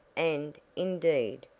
and, indeed,